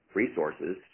resources